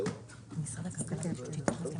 סיעתך.